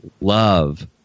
love